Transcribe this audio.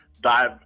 dive